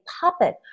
puppet